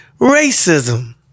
racism